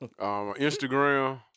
Instagram